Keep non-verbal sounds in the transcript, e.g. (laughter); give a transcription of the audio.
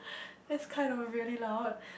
(breath) that's kind of really loud